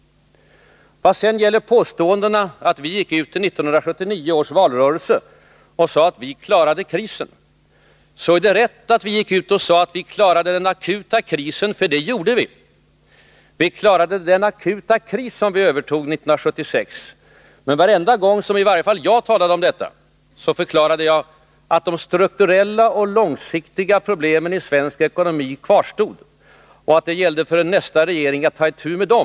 Olof Palme sade att vi gick ut i 1979 års valrörelse och sade att ”vi klarade krisen”. Det är rätt att vi sade att vi klarade den akuta krisen, för det gjorde vi. Vi klarade den akuta kris som vi övertog 1976. Men varenda gång som i varje fall jag talade om detta förklarade jag att de strukturella och långsiktiga problemen ii svensk ekonomi kvarstod och att det gällde för nästa regering att ta itu med dem.